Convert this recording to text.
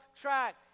track